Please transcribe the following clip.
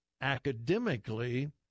academically